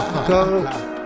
Go